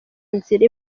nzira